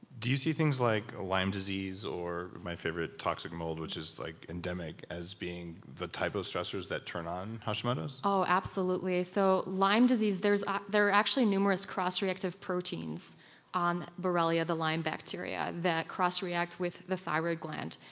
do you see things like lyme disease or my favorite toxic mold which is like endemic as being the type of stressors that turn on hashimoto's? oh, absolutely. so lyme disease, ah there are actually numerous cross-reactive proteins on borrelia, the lyme bacteria, that cross react with the thyroid gland.